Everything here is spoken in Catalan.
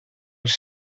els